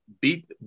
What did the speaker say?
beat